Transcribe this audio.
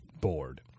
board